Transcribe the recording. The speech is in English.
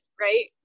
right